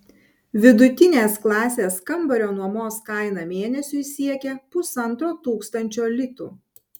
vidutinės klasės kambario nuomos kaina mėnesiui siekia pusantro tūkstančio litų